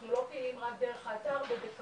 אנחנו לא פעילים רק דרך האתר ובקמפיינים